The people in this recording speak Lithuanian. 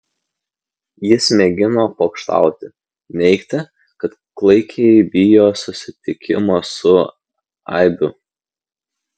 jis mėgino pokštauti neigti kad klaikiai bijo susitikimo su aibių